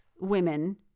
women